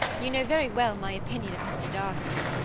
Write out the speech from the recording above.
you know very well my opinion of mr. darcy!